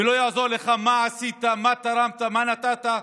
ולא יעזור לך מה עשית, מה תרמת ומה נתת,